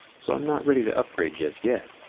so i'm not ready to upgrade just yet.